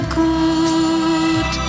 good